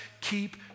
keep